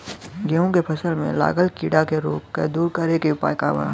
गेहूँ के फसल में लागल कीड़ा के रोग के दूर करे के उपाय का बा?